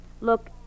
Look